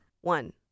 One